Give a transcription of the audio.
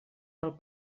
del